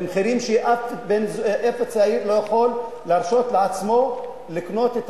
מחירים שאף צעיר לא יכול להרשות לעצמו לקנות בהם את